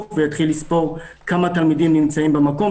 ויתחיל לספור כמה תלמידים נמצאים במקום,